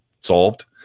solved